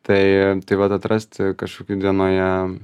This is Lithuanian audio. tai tai vat atrasti kažkokių dienoje